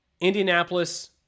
Indianapolis